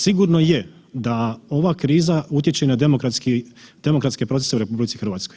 Sigurno je da ova kriza utječe i na demokratske procese u RH.